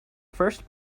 first